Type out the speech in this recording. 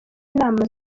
nama